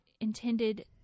intended